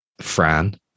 Fran